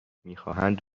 میخواهند